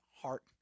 heart